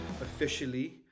officially